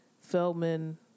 Feldman